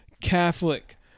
Catholic